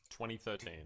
2013